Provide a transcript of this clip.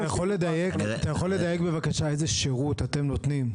אתה יכול לדייק בבקשה איזה שירות אתם נותנים,